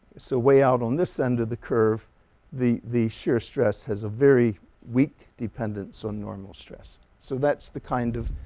it's a way out on this end of the curve the the shear stress has a very weak dependence on normal stress so that's the kind of